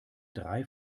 drei